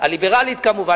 הליברלית כמובן.